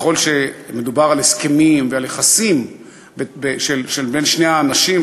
ככל שמדובר על הסכמים ועל יחסים בין שני אנשים,